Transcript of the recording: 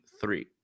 three